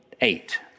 eight